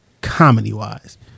Comedy-wise